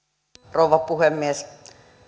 rouva puhemies